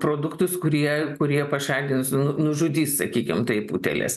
produktus kurie kurie pašalins nu nužudys sakykim taip utėles